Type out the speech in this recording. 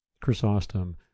Chrysostom